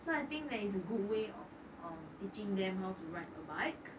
so I think is a good way of um teaching them how to ride a bike